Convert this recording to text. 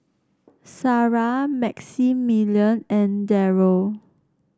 Sarrah Maximilian and Darryl